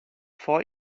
vor